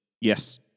Yes